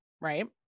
right